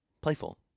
playful